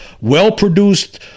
well-produced